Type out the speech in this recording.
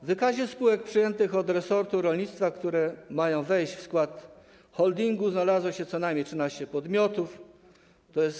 W wykazie spółek przejętych od resortu rolnictwa, które mają wejść w skład holdingu, znalazło się co najmniej 13 podmiotów, tj.